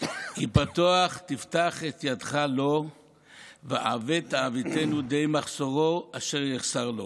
"כי פָתֹחַ תפתח את ידך לו והעבט תעביטנו די מחסורו אשר יחסר לו".